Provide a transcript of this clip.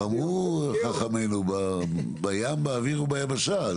כבר אמרו חכמינו בים באוויר וביבשה.